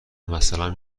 مثلا